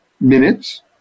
minutes